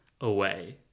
away